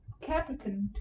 Capricorn